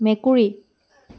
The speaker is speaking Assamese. মেকুৰী